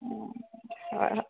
হয়